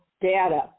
data